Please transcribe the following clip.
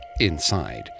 inside